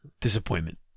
disappointment